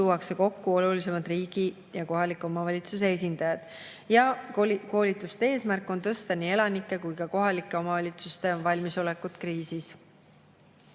tuuakse kokku olulisemad riigi ja kohaliku omavalitsuse esindajad. Koolituste eesmärk on tõsta nii elanike kui ka kohalike omavalitsuste valmisolekut kriisis.